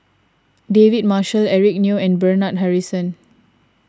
David Marshall Eric Neo and Bernard Harrison